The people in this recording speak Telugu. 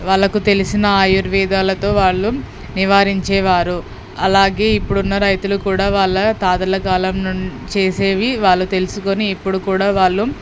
వాళ్ళకి తెలిసిన ఆయుర్వేదాలతో వాళ్ళు నివారించేవారు అలాగే ఇప్పుడున్న రైతులు కూడా వాళ్ళ తాతల కాలం నుండి చేసేవి వాళ్ళు తెలుసుకుని ఇప్పుడు కూడా వాళ్ళు